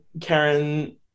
Karen